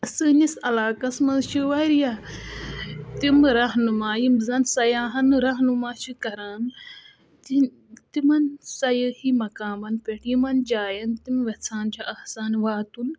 سٲنِس علاقَس منٛز چھِ واریاہ تِم رہنُما یِم زَن سَیاحَن رہنما چھِ کَران تِمَن سَیاحی مَقامَن پٮ۪ٹھ یِمَن جایَن تِم ویٚژھان چھِ آسان واتُن